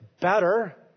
better